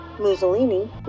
Mussolini